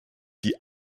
die